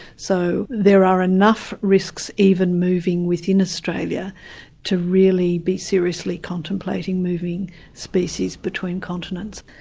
so there are enough risks even moving within australia to really be seriously contemplating moving species between continents.